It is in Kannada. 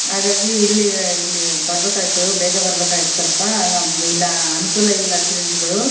ಹಾಗಾಗಿ ಇಲ್ಲಿ ಇಲ್ಲಿ ಬರಬೇಕಾಗಿತ್ತು ಬೇಗ ಬರ್ಬೇಕಾಗಿತ್ತು ಸ್ವಲ್ಪ ನಮ್ದು ಇಲ್ಲ ಅನ್ಕೂಲ ಇಲ್ಲ ಸಿಲಿಂಡ್ರುಗಳು